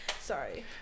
Sorry